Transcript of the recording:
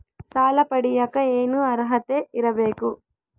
ಸಾಲ ಪಡಿಯಕ ಏನು ಅರ್ಹತೆ ಇರಬೇಕು?